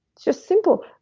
just simple,